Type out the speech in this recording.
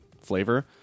flavor